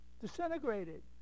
disintegrated